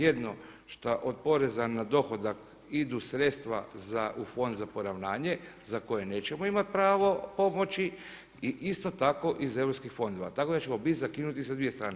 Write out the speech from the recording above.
Jedno šta od poreza na dohodak idu sredstva u fond za poravnanje za koje nećemo imati pravo pomoći i isto tako iz europskih fondova, tako da ćemo biti zakinuti za dvije strane.